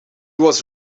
was